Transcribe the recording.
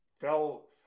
fell